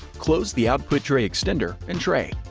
close the output tray extender and tray.